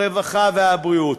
הרווחה והבריאות.